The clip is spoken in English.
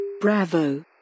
Bravo